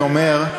אני אומר,